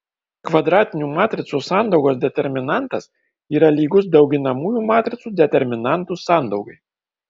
kvadratinių matricų sandaugos determinantas yra lygus dauginamųjų matricų determinantų sandaugai